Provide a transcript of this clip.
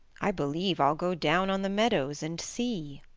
i believe i'll go down on the meadows and see.